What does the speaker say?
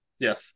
Yes